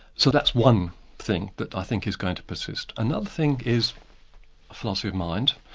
so that's one thing that i think is going to persist. another thing is philosophy of mind.